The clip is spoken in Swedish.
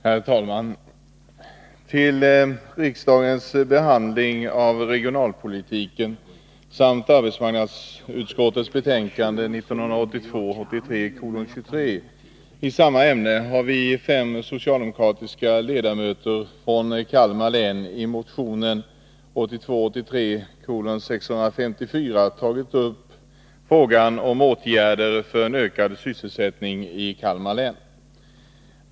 Herr talman! I samband med riksdagens behandling av regionalpolitiken, arbetsmarknadsutskottets betänkande 1982 83:654 tagit upp frågan om åtgärder för en ökad sysselsättning i Kalmar län.